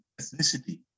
ethnicity